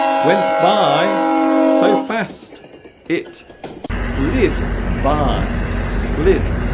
went by so fast it slid by slid